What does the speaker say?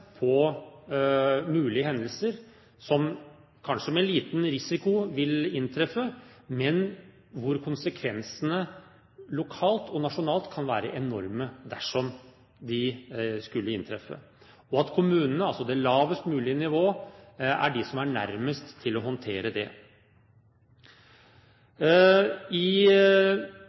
på mulige hendelser som kanskje med liten risiko vil inntreffe. Men konsekvensene lokalt og nasjonalt kan være enorme dersom de skulle inntreffe, og kommunene, altså det lavest mulige nivå, er de som er nærmest til å håndtere det. I